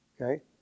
Okay